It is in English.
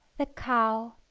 the cow